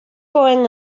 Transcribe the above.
going